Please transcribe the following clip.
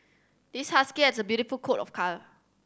this husky has a beautiful coat of card